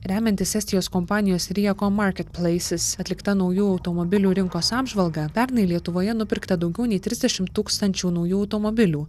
remiantis estijos kompanijos riakom market plaisis atlikta naujų automobilių rinkos apžvalga pernai lietuvoje nupirkta daugiau nei trisdešimt tūkstančių naujų automobilių